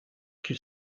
qu’il